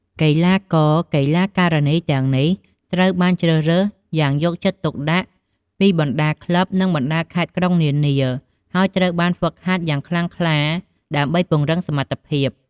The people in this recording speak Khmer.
កីឡាករ កីឡាការិនីទាំងនេះត្រូវបានជ្រើសរើសយ៉ាងយកចិត្តទុកដាក់ពីបណ្ដាក្លឹប និងបណ្ដាខេត្តក្រុងនានា ហើយត្រូវបានហ្វឹកហាត់យ៉ាងខ្លាំងក្លាដើម្បីពង្រឹងសមត្ថភាព។